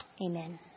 Amen